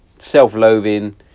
self-loathing